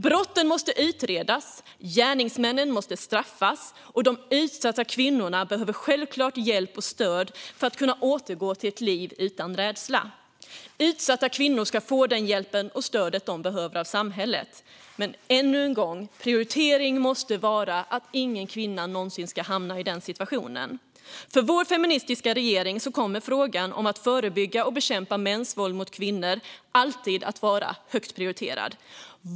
Brotten måste utredas, gärningsmännen måste straffas och de utsatta kvinnorna behöver självklart hjälp och stöd för att återgå till ett liv utan rädsla. Utsatta kvinnor ska få det stöd och den hjälp de behöver av samhället, men, än en gång: Prioriteringen måste vara att ingen kvinna någonsin ska hamna i den situationen. För vår feministiska regering kommer frågan om att förebygga och bekämpa mäns våld mot kvinnor alltid att vara högt prioriterad.